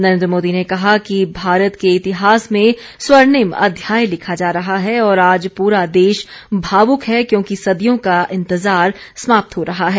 नरेंद्र मोदी ने कहा कि भारत के इतिहास में स्वर्णिम अध्याय लिखा जा रहा है और आज पूरा देश भाव्क है क्योंकि सदियों का इंतजार समाप्त हो रहा है